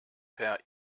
per